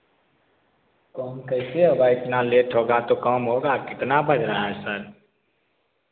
काम कैसे होगा इतना लेट होगा तो काम होगा कितना बज रहा है सर